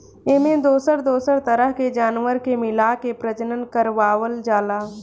एमें दोसर दोसर तरह के जानवर के मिलाके प्रजनन करवावल जाला